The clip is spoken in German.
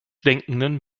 denkenden